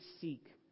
seek